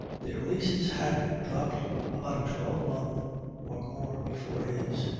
their leases had dropped about a twelvemonth or more before his,